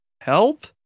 help